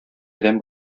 адәм